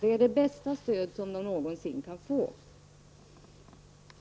Det är det bästa stöd som Litauen någonsin kan få.